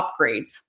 upgrades